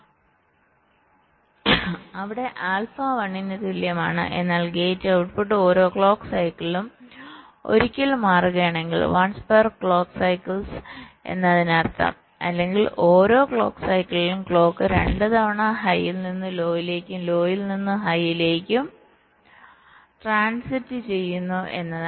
അവിടെ ആൽഫ 1 ന് തുല്യമാണ് എന്നാൽ ഗേറ്റ് ഔട്ട്പുട്ട് ഓരോ ക്ലോക്ക് സൈക്കിളിലും ഒരിക്കൽ മാറുകയാണെങ്കിൽവൺസ് പെർ ക്ലോക്ക് സൈക്കിൾസ് എന്നതിനർത്ഥം അല്ലെങ്കിൽ ഓരോ ക്ലോക്ക് സൈക്കിളിലും ക്ലോക്ക് രണ്ട് തവണ ഹൈയിൽ നിന്ന് ലോയിലേക്കും ലോയിൽ നിന്ന് ഹൈയിലേക്കും ട്രാൻസിറ്റ് ചെയ്യുന്നു എന്നാണ്